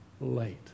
late